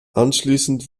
anschließend